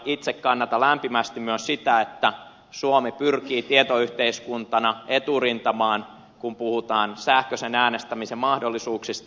itse kannatan lämpimästi myös sitä että suomi pyrkii tietoyhteiskuntana eturintamaan kun puhutaan sähköisen äänestämisen mahdollisuuksista